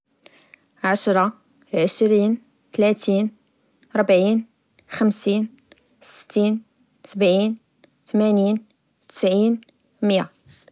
عشر عشرين تلاتين ربعين خمسين ستين سبعين تمانين تسعين ميا